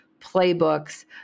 playbooks